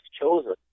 chosen